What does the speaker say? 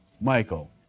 Michael